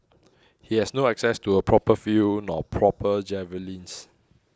he had no access to a proper field nor proper javelins